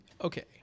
okay